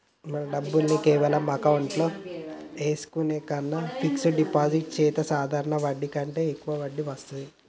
మన డబ్బుల్ని కేవలం అకౌంట్లో ఏసుకునే కన్నా ఫిక్సడ్ డిపాజిట్ చెత్తే సాధారణ వడ్డీ కంటే యెక్కువ వడ్డీ వత్తాది